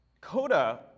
CODA